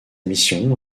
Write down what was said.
mission